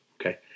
Okay